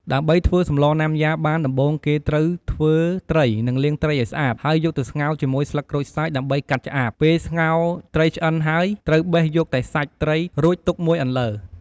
ដើម្បីធ្វើសម្លណាំយ៉ាបានដំបូងគេត្រូវធ្វើត្រីនិងលាងត្រីឱ្យស្អាត ហើយយកទៅស្ងោរជាមួយស្លឹកក្រូចសើចដើម្បីកាត់ឆ្អាប ពេលស្ងោរត្រីឆ្អិនហើយត្រូវបេះយកតែសាច់ត្រីរួចទុកមួយអន្លើ។